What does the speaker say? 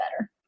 better